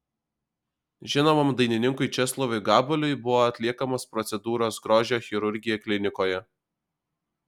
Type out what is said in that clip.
žinomam dainininkui česlovui gabaliui buvo atliekamos procedūros grožio chirurgija klinikoje